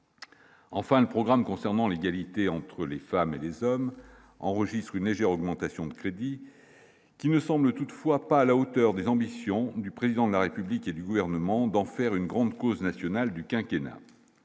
Enfin, le programme concernant l'égalité entre les femmes et les hommes enregistrent une légère augmentation de crédits qui ne semble toutefois pas à la hauteur des ambitions du président de la République et du gouvernement d'en faire une grande cause nationale du quinquennat